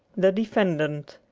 the defendant